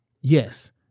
yes